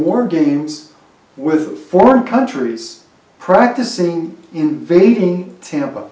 war games with foreign countries practicing invading tampa